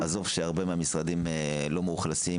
עזוב את העובדה שחלק מהמשרדים לא מאוכלסים,